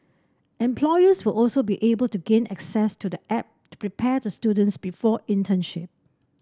employers will also be able to gain access to the app to prepare the students before internship